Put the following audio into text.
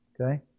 Okay